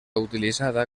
utilitzada